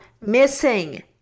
missing